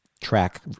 track